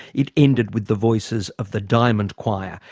it ended with the voices of the diamond choir,